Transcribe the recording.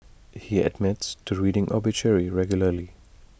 he admits to reading obituary regularly